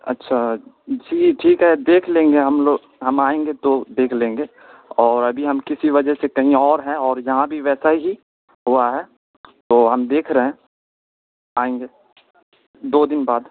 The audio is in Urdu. اچھا جی ٹھیک ہے دیکھ لیں گے ہم لوگ ہم آئیں گے تو دیکھ لیں گے اور ابھی ہم کسی وجہ سے کہیں اور ہیں اور یہاں بھی ویسا ہی ہوا ہے تو ہم دیکھ رہے ہیں آئیں گے دو دن بعد